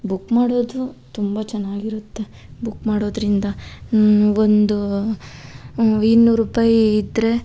book ಮಾಡೋದು ತುಂಬ ಚೆನ್ನಾಗಿರುತ್ತೆ ಬುಕ್ ಮಾಡೋದ್ರಿಂದ ಒಂದು ಇನ್ನೂರು ರೂಪಾಯಿ ಇದ್ದರೆ